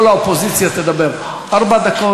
כל האופוזיציה תדבר ארבע דקות,